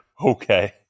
Okay